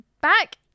back